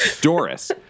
Doris